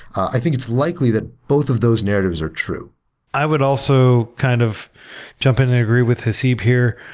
i think it's likely that both of those narratives are true i would also kind of jump in and agree with haseeb here.